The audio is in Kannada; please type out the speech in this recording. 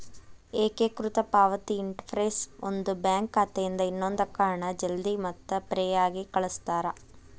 ಏಕೇಕೃತ ಪಾವತಿ ಇಂಟರ್ಫೇಸ್ ಒಂದು ಬ್ಯಾಂಕ್ ಖಾತೆಯಿಂದ ಇನ್ನೊಂದಕ್ಕ ಹಣ ಜಲ್ದಿ ಮತ್ತ ಫ್ರೇಯಾಗಿ ಕಳಸ್ತಾರ